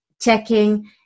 checking